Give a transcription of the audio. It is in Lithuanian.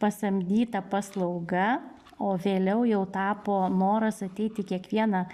pasamdyta paslauga o vėliau jau tapo noras ateiti kiekvieną